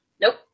Nope